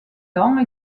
dents